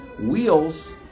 Wheels